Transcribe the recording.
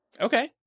Okay